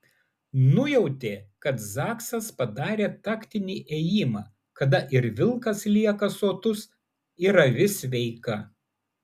nujautė kad zaksas padarė taktinį ėjimą kada ir vilkas lieka sotus ir avis sveika